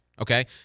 Okay